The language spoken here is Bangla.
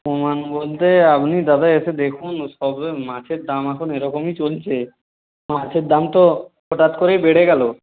কমান বলতে আপনি দাদা এসে দেখুন সবে মাছের দাম এখন এরকমই চলছে মাছের দাম তো হঠাৎ করেই বেড়ে গেল